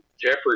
Jeffrey